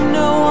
no